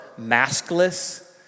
maskless